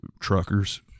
Truckers